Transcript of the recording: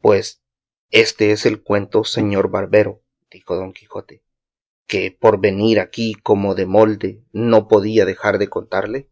pues éste es el cuento señor barbero dijo don quijote que por venir aquí como de molde no podía dejar de contarle